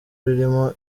ririmo